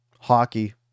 hockey